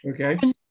Okay